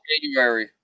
January